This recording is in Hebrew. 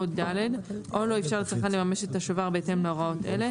(ד) או לא אפשר לצרכן לממש את השובר בהתאם להוראות אלה,